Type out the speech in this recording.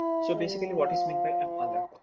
so basically what is meant by an alert?